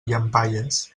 llampaies